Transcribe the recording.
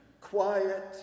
quiet